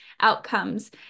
outcomes